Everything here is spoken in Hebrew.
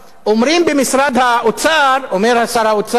אומרים במשרד האוצר, אומר שר האוצר,